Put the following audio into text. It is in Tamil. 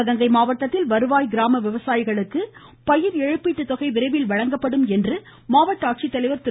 சிவகங்கை மாவட்டத்தில் வருவாய் கிராம விவசாயிகளுக்கு பயிர் இழப்பீட்டுத்தொகை விரைவில் வழங்க நடவடிக்கை எடுக்கப்படும் என மாவட்ட ஆட்சித்தலைவர் திரு